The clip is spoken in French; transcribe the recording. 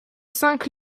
cinq